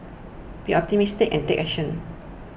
be optimistic and take action